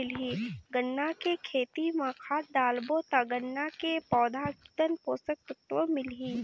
गन्ना के खेती मां खाद डालबो ता गन्ना के पौधा कितन पोषक तत्व मिलही?